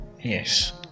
Yes